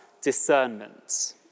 discernment